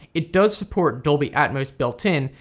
it does support dolby atmos built in,